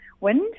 wind